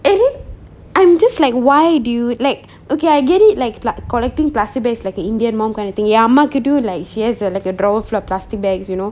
and then I'm just like why do like okay I get it like like collecting plastic bags like a indian mom kind of thing என் அம்மா கிட்டயும்:en amma kittayum like she has a drawer full of plastic bags you know